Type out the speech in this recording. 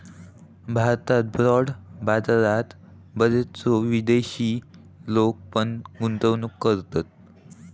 भारतात बाँड बाजारात बरेचशे विदेशी लोक पण गुंतवणूक करतत